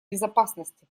безопасности